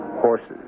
Horses